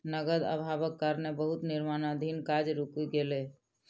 नकद अभावक कारणें बहुत निर्माणाधीन काज रुइक गेलै